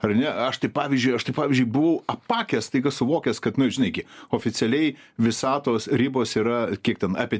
ar ne aš tai pavyzdžiui aš tai pavyzdžiui buvau apakęs staiga suvokęs kad nu žinai gi oficialiai visatos ribos yra kiek ten apie